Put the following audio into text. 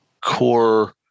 core